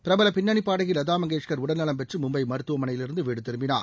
பிரபல பின்னணி பாடகி லதா மங்கேஷ்வர் உடல் நலம் பெற்று மும்பை மருத்துவமனையிலிருந்து வீடு திரும்பினார்